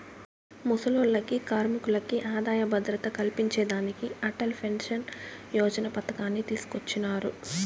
ముసలోల్లకి, కార్మికులకి ఆదాయ భద్రత కల్పించేదానికి అటల్ పెన్సన్ యోజన పతకాన్ని తీసుకొచ్చినారు